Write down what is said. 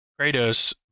Kratos